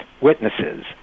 witnesses